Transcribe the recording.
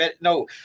no